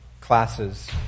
classes